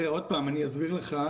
עוד פעם אני אסביר לך.